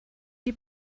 die